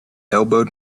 elbowed